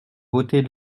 voter